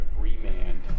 remand